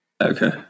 Okay